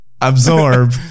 Absorb